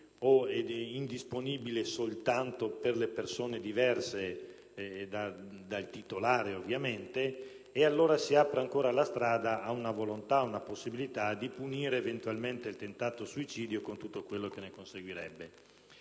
sia indisponibile, o se soltanto per le persone diverse dal titolare; e allora si apre ancora la strada ad una volontà o ad una possibilità di punire eventualmente il tentato suicidio, con tutto quello che ne conseguirebbe.